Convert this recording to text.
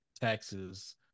Taxes